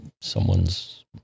someone's